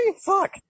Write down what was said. Fuck